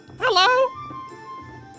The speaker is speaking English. Hello